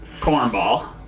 Cornball